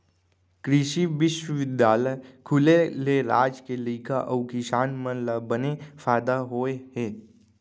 कृसि बिस्वबिद्यालय खुले ले राज के लइका अउ किसान मन ल बने फायदा होय हे